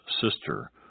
sister